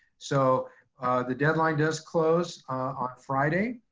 so the deadline does close on friday.